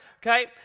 Okay